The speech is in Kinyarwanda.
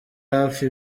hafi